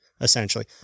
essentially